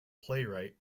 playwright